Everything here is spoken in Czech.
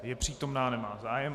Je přítomna, nemá zájem.